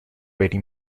ready